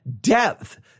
depth